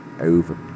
over